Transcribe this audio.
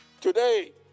Today